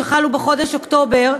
שחלו בחודש אוקטובר,